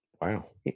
Wow